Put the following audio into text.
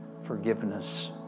forgiveness